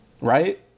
right